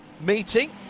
meeting